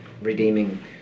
redeeming